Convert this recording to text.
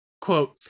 Quote